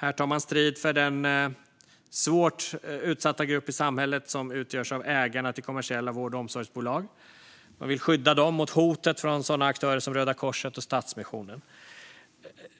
Här tar man strid för den svårt utsatta grupp i samhället som utgörs av ägarna till kommersiella vård och omsorgsbolag. Man vill skydda dem mot hotet från sådana aktörer som Röda Korset och Stadsmissionen.